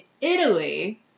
Italy